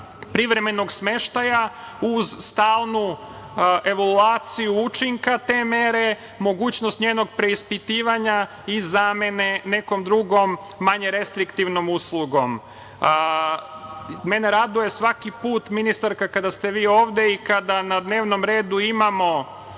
privremenog smeštaja uz stalnu evaluaciju učinka te mere, mogućnost njenog preispitivanja i zamene nekom drugom, manje restriktivnom uslugom. Mene raduje svaki put, ministarka, kada ste vi ovde i kada ne dnevnom redu imamo